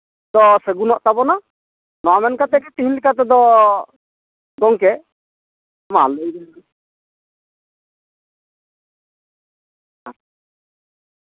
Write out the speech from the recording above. ᱫᱚ ᱥᱟᱹᱜᱩᱱᱚᱜ ᱛᱟᱵᱚᱱᱟ ᱱᱚᱣᱟ ᱢᱮᱱ ᱠᱟᱛᱮᱫ ᱜᱮ ᱛᱤᱦᱤᱧ ᱞᱮᱠᱟᱛᱮᱫᱚ ᱜᱚᱝᱠᱮ ᱢᱟ ᱞᱟᱹᱭᱵᱮᱱ ᱦᱮᱸ